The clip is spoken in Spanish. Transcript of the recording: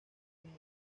común